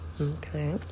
Okay